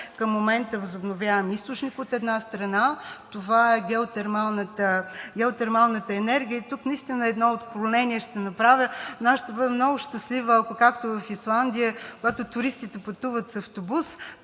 към момента възобновяем източник, от една страна. Това е геотермалната енергия. Тук ще направя едно отклонение. Ще бъда много щастлива, ако, както в Исландия, когато туристите пътуват с автобус,